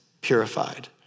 purified